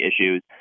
issues